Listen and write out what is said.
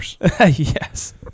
Yes